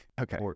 Okay